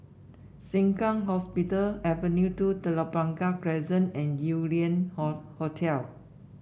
Sengkang Hospital Avenue two Telok Blangah Crescent and Yew Lian Hotel